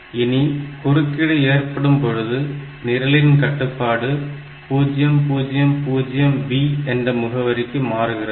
இனி குறுக்கீடு ஏற்படும்பொழுது நிரலின் கட்டுப்பாடு 000B என்ற முகவரிக்கு மாறுகிறது